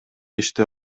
иште